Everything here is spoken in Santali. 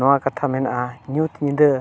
ᱱᱚᱣᱟ ᱠᱟᱛᱷᱟ ᱢᱮᱱᱟᱜᱼᱟ ᱧᱩᱛ ᱧᱤᱫᱟᱹ